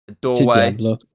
doorway